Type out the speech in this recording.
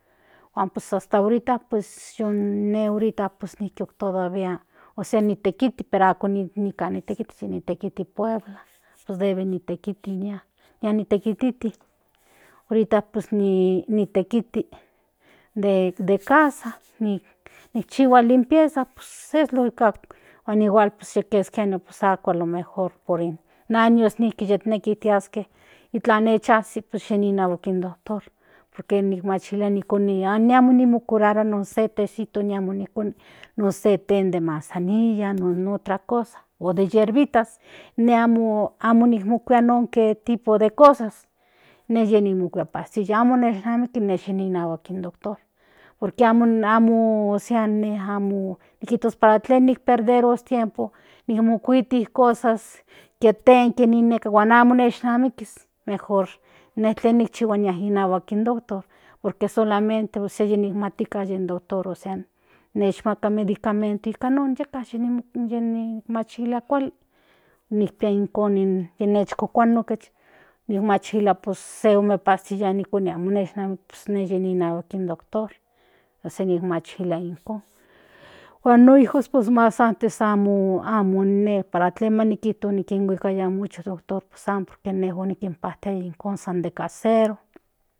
Huan hasta ahorita ine pues todavía ni tekiti pero aki nikan nitekiti puebla pues debe nitekiti nia nia nitekititi ahorita pues ni tekiti de casa nikchihua limpieza pues lógico amo igual keski años ako alo mejor in años yitneki tiaske itlan nichazi pues nia inahuak in doctor por ke nimachilia ni koni amo machilia ni se ftesito amo nikoni non se te de mansanilla o de otra cosa o de hierbitas ine amo mokuia ninke tipos tipos de cosas ine monomukuia pastillas yi amo nishnamiki pues ni yia inahuaak in doctor por que in amo nikijtos para que perderos tiempo nimokuiti cosas que re huan niki cosas huan amo nishnamikis mejor ine tlen nikchihuas ni yia inahuak in doctor por que solamente se yitmatika in doctor neshmaka medicamentos nika non yeka yi ji machilia kuali nikpia ijkon yi mojkokua no kech yi machilia se ome pastillas nikoni amo nesi nia inahuak in doctor ósea yimachilia ijkon huan no hijos pues mas antes amo ine para klen nikijtos kuikaia nika in doctor tonces amo ine nikinpajtiaya ijkon nika casero.